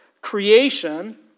creation